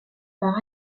par